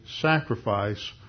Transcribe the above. sacrifice